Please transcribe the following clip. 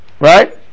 right